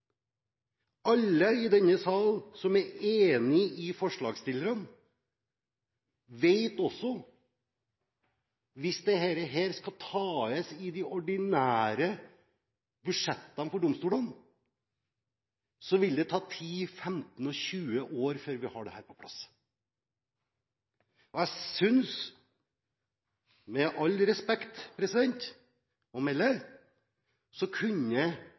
Alle i denne salen som er enige med forslagsstillerne, vet også at hvis dette skal tas i de ordinære budsjettene for domstolene, vil det ta 10, 15 og 20 år før vi har det på plass. Jeg synes, med all respekt å melde, at statsråden kunne